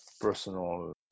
personal